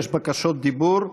יש בקשות דיבור.